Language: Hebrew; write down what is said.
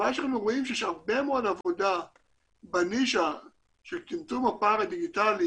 אנחנו רואים שיש הרבה מאוד עבודה בנישה של צמצום הפער הדיגיטלי